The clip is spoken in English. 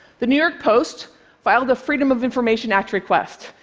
the new york post filed a freedom of information act request,